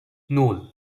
nul